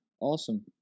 awesome